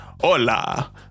hola